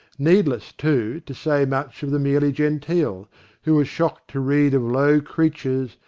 needless, too, to say much of the merely genteel who were shocked to read of low creatures,